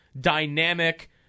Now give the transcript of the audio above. dynamic